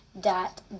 dot